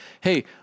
Hey